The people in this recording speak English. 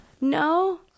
No